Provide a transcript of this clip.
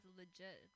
legit